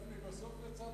רגע, גפני, בסוף יצאת